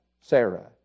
Sarah